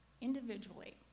individually